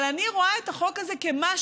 אבל אני רואה את החוק הזה ככלי